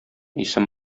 исем